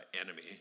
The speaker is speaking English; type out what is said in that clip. enemy